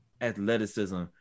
athleticism